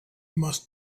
must